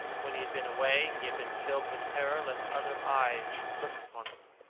when he had been away, he had been filled with terror lest other eyes should look upon it.